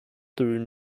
through